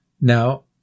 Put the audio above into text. Now